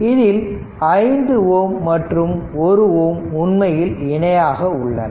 இதில் 5 Ω மற்றும் 1 Ω உண்மையில் இணையாக உள்ளன